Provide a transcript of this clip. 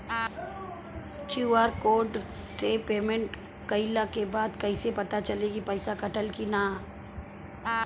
QR code से payment कईला के बाद कईसे पता चली की पैसा कटल की ना?